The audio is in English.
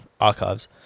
Archives